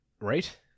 Right